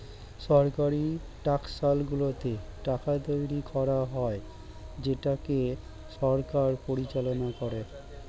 সরকারি টাকশালগুলোতে টাকা তৈরী করা হয় যেটাকে সরকার পরিচালনা করে